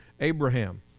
abraham